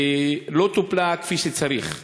שלא טופלה כפי שצריך.